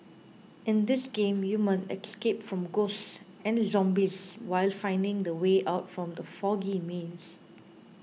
in this game you must escape from ghosts and zombies while finding the way out from the foggy maze